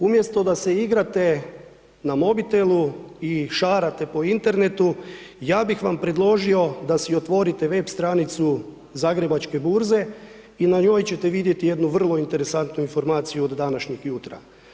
Umjesto da se igrate na mobitelu i šarate po internetu, ja bih vam predložio da si otvorite web stranicu Zagrebačke burze i na njoj ćete vidjeti jednu vrlo interesantnu informaciju od današnjeg jutra.